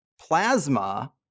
plasma